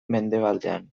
mendebaldean